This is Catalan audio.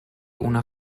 una